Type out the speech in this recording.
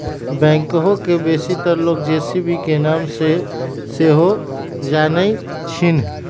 backhoe के बेशीतर लोग जे.सी.बी के नाम से सेहो जानइ छिन्ह